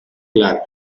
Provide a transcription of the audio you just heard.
clara